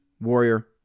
Warrior